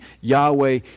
Yahweh